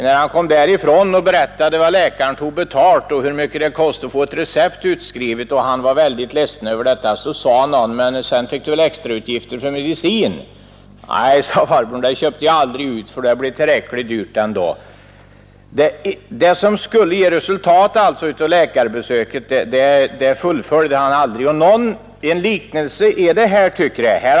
När han kom därifrån och berättade vad läkaren tog betalt och hur mycket det kostade att få ett recept utskrivet — han var väldigt ledsen över dessa kostnader — så sade någon: ”Men sedan fick du väl extrautgifter för medicin?” — ”Nej,” sade farbrorn, ”den köpte jag aldrig ut, det blev tillräckligt dyrt ändå.” Det som alltså skulle ge resultat av läkarbesöket fullföljde han aldrig. Något liknande gäller det här.